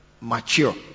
mature